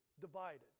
divided